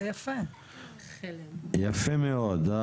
יפה מאוד.